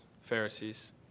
Pharisees